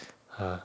!huh!